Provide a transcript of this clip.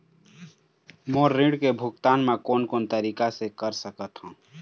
मोर ऋण के भुगतान म कोन कोन तरीका से कर सकत हव?